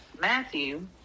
Matthew